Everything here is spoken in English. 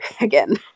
again